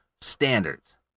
standards